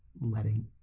letting